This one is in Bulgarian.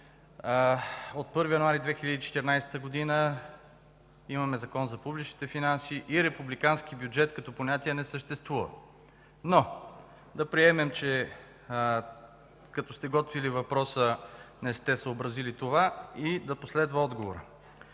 от 1 януари 2014 г. имаме Закон за публичните финанси и Републикански бюджет като понятие не съществува. Обаче да приемем, че като сте готвили въпроса не сте съобразили това и да последва отговорът.